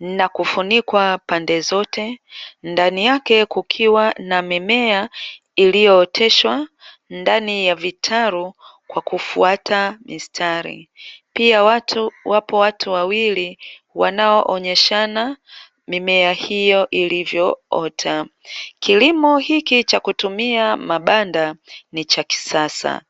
na kufunikwa pande zote, ndani yake kukiwa na mimea iliooteshwa ndani ya vitalu kwa kufuata mistari. Pia wapo watu wawili wanaoonyeshana mimea hio ilivyoota. Kilimo hiki cha kutumia mabanda ni cha kisasa.